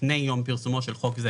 לפני יום פרסומו של חוק זה